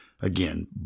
again